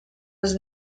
his